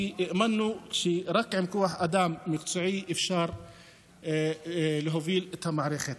כי האמנו שרק עם כוח אדם מקצועי אפשר להוביל את המערכת.